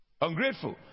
Ungrateful